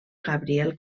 gabriel